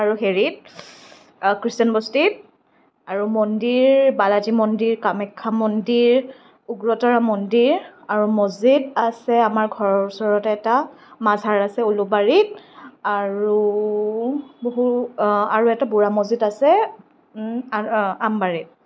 আৰু হেৰিত খ্ৰীষ্টানবষ্টিত আৰু মন্দিৰ বালাজী মন্দিৰ কামাখ্য়া মন্দিৰ উগ্ৰতাৰা মন্দিৰ আৰু মছজিদ আছে আমাৰ ঘৰৰ ওচৰতে এটা মাজাৰ আছে উলুবাৰীত আৰু বহু আৰু এটা বুঢ়া মছজিদ আছে আমবাৰীত